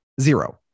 Zero